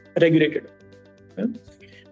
regulated